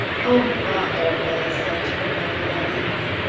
oh, mamma, arabella said to her mother that evening,